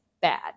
bad